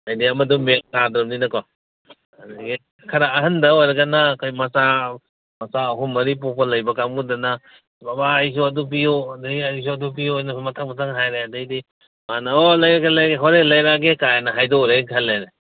ꯍꯥꯏꯗꯤ ꯑꯃꯗꯣ ꯃꯦꯟꯇꯥꯗꯕꯅꯤꯅꯀꯣ ꯑꯗꯒꯤ ꯈꯔ ꯑꯍꯟꯗ ꯑꯣꯏꯔꯒꯅ ꯑꯩꯈꯣꯏ ꯃꯆꯥ ꯃꯆꯥ ꯑꯍꯨꯝ ꯃꯔꯤ ꯄꯣꯛꯄ ꯂꯩꯕ ꯀꯥꯡꯒꯨꯗꯅ ꯕꯕꯥ ꯑꯩꯁꯨ ꯑꯗꯨ ꯄꯤꯌꯨ ꯑꯗꯒꯤ ꯑꯩꯁꯨ ꯑꯗꯨ ꯄꯤꯌꯨꯑꯅ ꯃꯊꯪ ꯃꯊꯪ ꯍꯥꯏꯔꯛꯑꯦ ꯑꯗꯩꯗꯤ ꯃꯥꯅ ꯍꯣ ꯂꯩꯔꯛꯀꯦ ꯂꯩꯔꯛꯀꯦ ꯍꯦꯔꯣꯟ ꯂꯩꯔꯛꯑꯒꯦꯒꯥꯏꯅ ꯍꯥꯏꯗꯣꯛꯎꯔꯦ ꯈꯜꯂꯦꯅꯦ